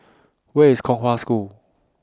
Where IS Kong Hwa School